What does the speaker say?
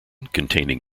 containing